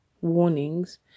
warnings